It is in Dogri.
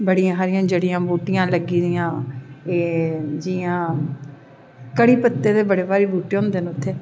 बड़ियां सारियां जड़ियां बूटियां लग्गी दियां जियां कढ़ी पत्ते दे बड़े भारी बूह्टे होंदे न उत्थें